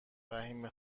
فهیمه